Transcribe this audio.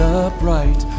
upright